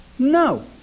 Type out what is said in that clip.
No